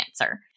answer